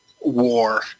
War